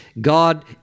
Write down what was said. God